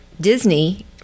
Disney